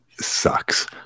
sucks